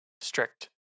strict